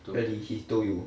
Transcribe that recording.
really he told you